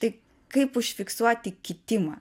tai kaip užfiksuoti kitimą